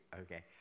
Okay